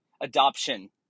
adoption